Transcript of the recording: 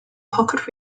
pocket